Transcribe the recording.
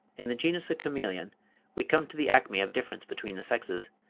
in the genus chamaeleon we come to the acme of difference between the sexes.